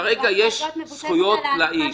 כרגע יש זכויות לאיש.